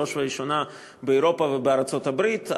בראש ובראשונה באירופה ובארצות-הברית.